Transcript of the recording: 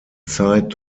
zeit